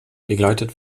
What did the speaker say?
begleitet